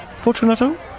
Fortunato